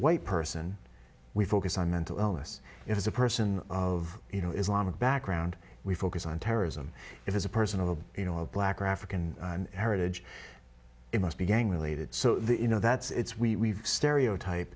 white person we focus on mental illness is a person of you know islamic background we focus on terrorism it is a person of a you know a black or african heritage it must be gang related so that you know that's it's we stereotype